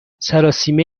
سراسیمه